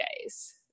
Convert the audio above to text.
days